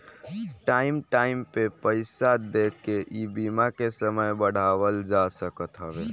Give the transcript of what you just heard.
time time पे पईसा देके इ बीमा के समय बढ़ावल जा सकत हवे